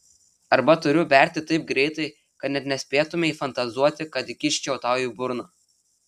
arba turiu berti taip greitai kad net nespėtumei fantazuoti kad įkiščiau tau į burną